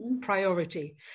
priority